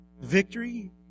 Victory